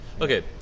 Okay